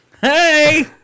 Hey